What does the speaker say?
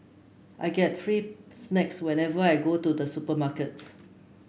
I get free snacks whenever I go to the supermarket